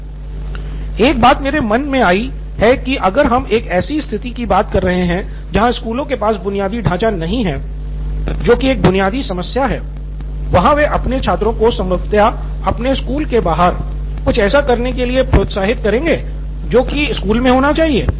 सिद्धार्थ मटूरी एक बात मेरे मन आई है की अगर हम एक ऐसी स्थिति की बात कर रहे हैं जहां स्कूलों के पास बुनियादी ढाँचा नहीं है जो की एक बुनियादी समस्या है वहाँ वे अपने छात्रों को संभवतः अपने स्कूल के बाहर कुछ ऐसा करने के लिए प्रोत्साहित करेंगे जो की स्कूल मे होना चाहिए